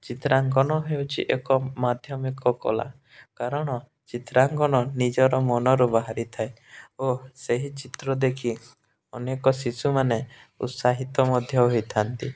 ଚିତ୍ରାଙ୍କନ ହେଉଛିି ଏକ ମାଧ୍ୟମିକ କଳା କାରଣ ଚିତ୍ରାଙ୍କନ ନିଜର ମନରୁ ବାହାରି ଥାଏ ଓ ସେହି ଚିତ୍ର ଦେଖି ଅନେକ ଶିଶୁମାନେ ଉତ୍ସାହିତ ମଧ୍ୟ ହୋଇଥାନ୍ତି